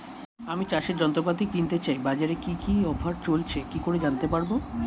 আমি চাষের যন্ত্রপাতি কিনতে চাই বাজারে কি কি অফার চলছে কি করে জানতে পারবো?